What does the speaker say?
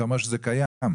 אתה אומר שזה קיים.